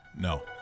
No